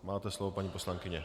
Máte slovo, paní poslankyně.